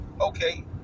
okay